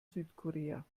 südkorea